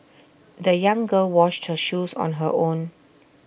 the young girl washed her shoes on her own